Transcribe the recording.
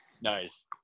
Nice